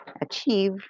achieve